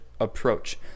approach